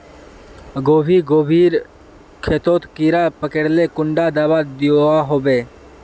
गोभी गोभिर खेतोत कीड़ा पकरिले कुंडा दाबा दुआहोबे?